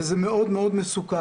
וזה מאוד מסוכן.